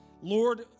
Lord